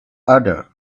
other